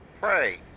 Pray